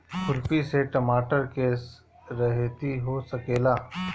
खुरपी से टमाटर के रहेती हो सकेला?